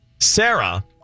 Sarah